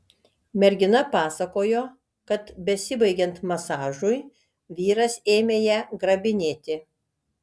mergina pasakojo kad besibaigiant masažui vyras ėmė ją grabinėti